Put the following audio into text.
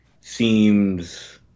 seems